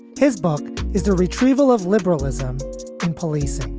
his book is the retrieval of liberalism and policing.